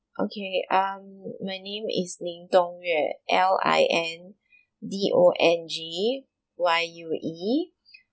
okay um my name is Lin Dong Yue L I N D O N G Y U E